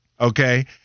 Okay